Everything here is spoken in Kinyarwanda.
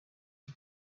iki